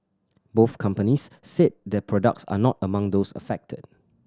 both companies said their products are not among those affected